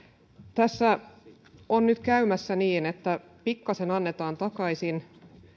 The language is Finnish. tässä on nyt käymässä niin että pikkasen annetaan takaisin